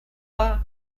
art